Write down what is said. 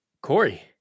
Corey